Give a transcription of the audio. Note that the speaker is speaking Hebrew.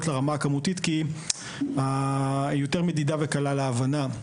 לרמה הכמותית שהיא יותר מדידה וקלה להבנה.